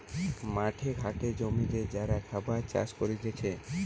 মাঠে ঘাটে জমিতে যারা খাবার চাষ করতিছে